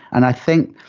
and i think,